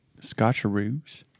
Scotcheroos